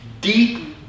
deep